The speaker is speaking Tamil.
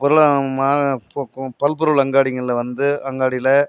பொருளாதாரமாக போ பல்பொருள் அங்காடிங்களில் வந்து அங்காடியில்